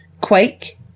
Quake